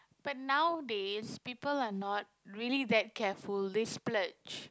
but nowadays people are not really that careful they splurge